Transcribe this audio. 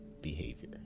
behavior